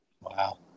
Wow